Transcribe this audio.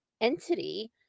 entity